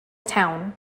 town